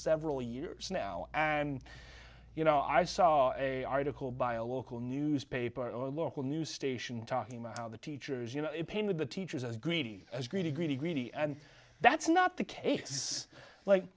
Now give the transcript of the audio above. several years now and you know i saw a article by a local newspaper a local news station talking about how the teachers you know they painted the teachers as greedy as greedy greedy greedy and that's not the case